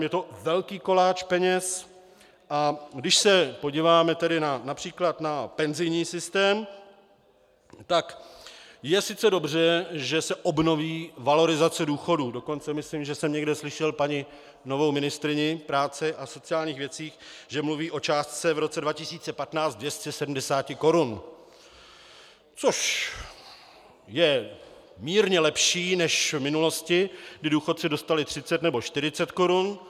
Je to velký koláč peněz, a když se podíváme tedy například na penzijní systém, tak je sice dobře, že se obnoví valorizace důchodů, dokonce myslím, že jsem někde slyšel novou paní ministryni práce a sociálních věcí, že mluví o částce v roce 2015 270 korun, což je mírně lepší než v minulosti, kdy důchodci dostali 30 nebo 40 korun.